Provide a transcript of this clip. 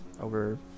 over